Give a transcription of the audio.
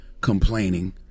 Complaining